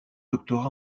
doctorat